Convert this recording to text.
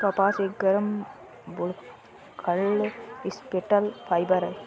कपास एक नरम, भुलक्कड़ स्टेपल फाइबर है